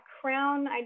Crown